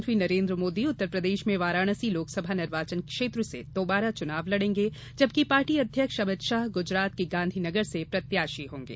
प्रधानमंत्री नरेन्द्र मोदी उत्तरप्रदेश में वाराणसी लोकसभा निर्वाचन क्षेत्र से दोबारा चुनाव लड़ेंगे जबकि पार्टी अध्यक्ष अमित शाह गुजरात के गांधी नगर से प्रत्याशी होंगे